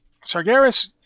Sargeras